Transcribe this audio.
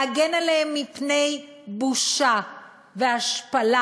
להגן עליהם מפני בושה והשפלה,